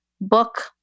book